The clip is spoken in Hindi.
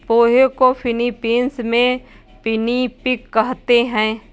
पोहे को फ़िलीपीन्स में पिनीपिग कहते हैं